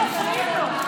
לא מפריעים לו.